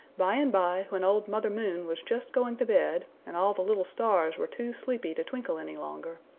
by and by when old mother moon was just going to bed and all the little stars were too sleepy to twinkle any longer,